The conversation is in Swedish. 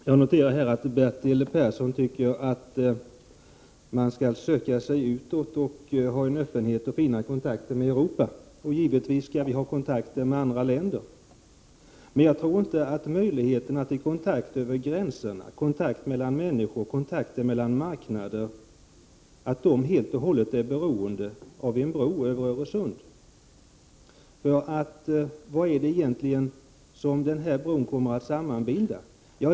Herr talman! Jag noterar att Bertil Persson tycker att man skall söka sig utåt och ha en öppenhet mot och fina kontakter med Europa. Givetvis skall vi ha kontakter med andra länder. Men jag tror inte att möjligheterna till kontakter över gränserna, kontakter mellan människor och marknader, helt och hållet är beroende av en bro över Öresund. Vad är det egentligen den här bron kommer att sammanbinda?